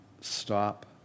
stop